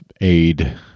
aid